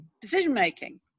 decision-making